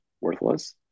worthless